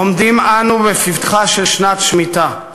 עומדים אנו בפתחה של שנת שמיטה,